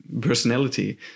personality